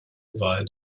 wahl